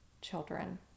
children